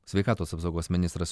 sveikatos apsaugos ministras